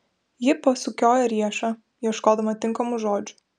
ji pasukiojo riešą ieškodama tinkamų žodžių